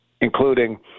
including –